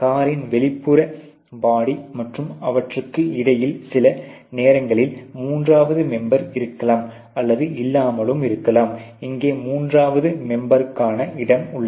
காரின் வெளிப்புற பாடி மற்றும் அவற்றிக்கு இடையில் சில நேரங்களில் மூன்றாவது மெம்பெர் இருக்கலாம் அல்லது இல்லாமல் இருக்கலாம் இங்கே மூன்றாவது மெம்பருகனா இடம் உள்ளது